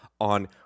on